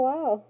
Wow